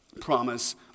promise